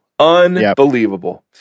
unbelievable